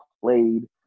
played